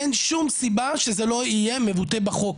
אין שום סיבה שזה לא יהיה מבוטא בחוק,